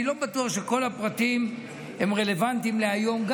ואני לא בטוח שכל הפרטים רלוונטיים גם להיום,